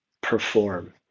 perform